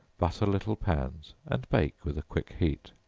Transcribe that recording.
butter little pans, and bake with a quick heat.